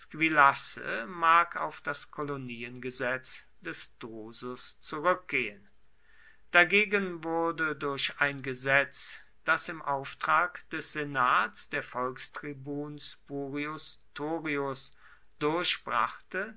squillace mag auf das koloniengesetz des drusus zurückgehen dagegen wurde durch ein gesetz das im auftrag des senats der volkstribun spurius thorius durchbrachte